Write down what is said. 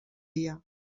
dia